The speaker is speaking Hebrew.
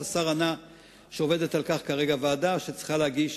והשר ענה שעובדת על כך כרגע ועדה שצריכה להגיש